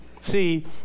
See